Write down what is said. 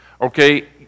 Okay